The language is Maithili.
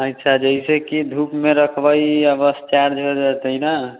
अच्छा जइसेकि धूपमे रखबै आओर बस चार्ज हो जेतै ने